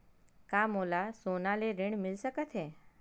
का मोला सोना ले ऋण मिल सकथे?